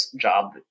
job